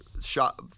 shot